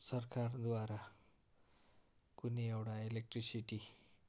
सरकारद्वारा कुनै एउटा इलेक्ट्रिसिटी